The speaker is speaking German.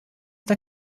der